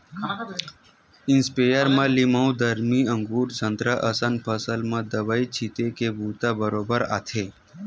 sprayer म लीमउ, दरमी, अगुर, संतरा असन फसल म दवई छिते के बूता बरोबर आथे